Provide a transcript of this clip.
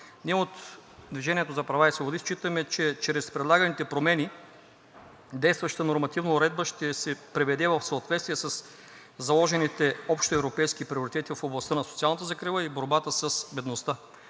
Ние от „Движение за права и свободи“ считаме, че чрез предлаганите промени действащата нормативна уредба ще се приведе в съответствие със заложените общоевропейски приоритети в областта на социалната закрила и борбата с бедността.